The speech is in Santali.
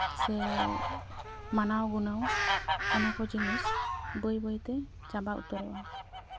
ᱥᱮ ᱢᱟᱱᱟᱣ ᱜᱩᱱᱟᱹᱣ ᱚᱱᱟ ᱠᱚ ᱡᱤᱱᱤᱥ ᱵᱟᱹᱭ ᱵᱟᱹᱭᱛᱮ ᱪᱟᱵᱟ ᱩᱛᱟᱹᱨᱚᱜᱼᱟ